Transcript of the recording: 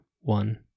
one